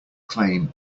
claim